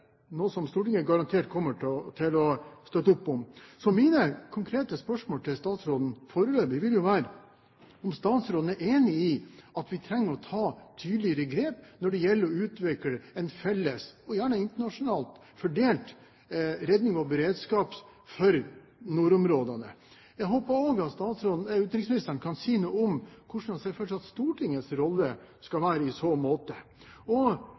noe som Stortinget garantert kommer til å støtte opp om. Mine konkrete spørsmål til utenriksministeren foreløpig vil være om utenriksministeren er enig i at vi trenger å ta tydeligere grep når det gjelder å utvikle en felles – gjerne internasjonalt fordelt – redning og beredskap for nordområdene. Jeg håper også at utenriksministeren kan si noe om hvordan han ser for seg at Stortingets rolle skal være i så måte.